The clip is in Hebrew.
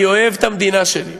אני אוהב את המדינה שלי,